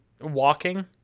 walking